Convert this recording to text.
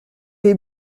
les